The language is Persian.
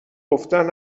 گفتن